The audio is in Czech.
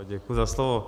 Děkuji za slovo.